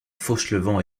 fauchelevent